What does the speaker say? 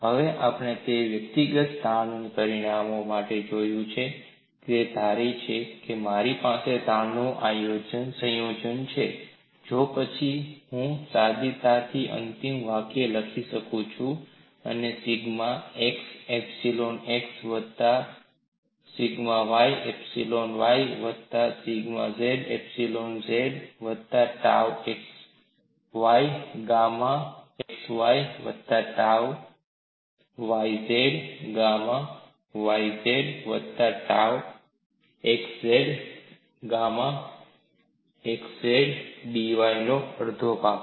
હવે આપણે તેને વ્યક્તિગત તાણના પરિમાણો માટે જોયું છે ધારો કે મારી પાસે તાણનું સંયોજન છે તો પછી હું સાદીતાથી અંતિમ વાકય લખી શકું છું સિગ્મા x એપ્સાયલોન x વત્તા સિગ્મા Y એપ્સાયલોન Y વત્તા સિગ્મા z એપ્સાયલોન z વત્તા ટાઉ xy ગામા xy વત્તા ટાઉ yz yz વત્તા tau xz gamma xz dv નો અડધો ભાગ